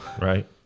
Right